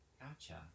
Gotcha